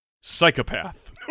psychopath